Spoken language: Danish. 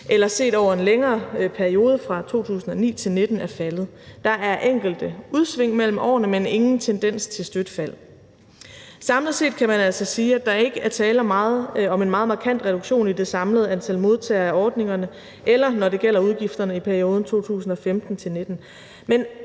eller set over en længere periode fra 2009 til 2019 er faldet. Der er enkelte udsving mellem årene, men ingen tendens til støt fald. Samlet set kan man altså sige, at der ikke er tale om en meget markant reduktion i det samlede antal modtagere af ordningerne, eller når det gælder udgifterne i perioden 2015 til 2019,